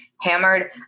Hammered